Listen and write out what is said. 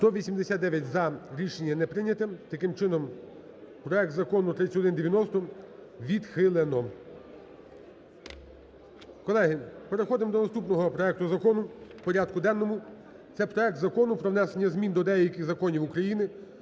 За-189 Рішення не прийняте. Таким чином, проект Закону 3190 відхилено. Колеги, переходимо до наступного проекту закону порядку денного – це проект Закону про внесення змін до деяких законів України